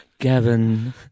Gavin